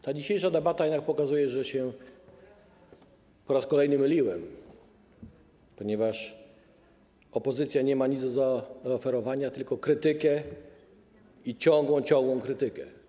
Ta dzisiejsza debata jednak pokazuje, że się po raz kolejny myliłem, ponieważ opozycja nie ma nic do zaoferowania, tylko krytykę i ciągłą, ciągłą krytykę.